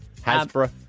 Hasbro